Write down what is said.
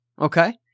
okay